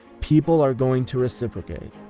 people are going to reciprocate.